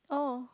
oh